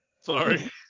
Sorry